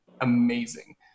amazing